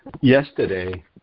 yesterday